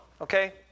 okay